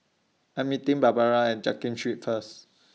I'm meeting Barbara At Jiak Kim Street First